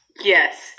Yes